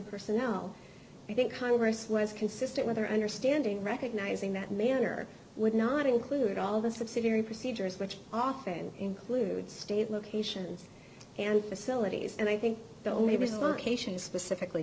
personnel i think congress was consistent with our understanding recognizing that manner would not include all the subsidiary procedures which often include state locations and facilities and i think the only